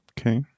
Okay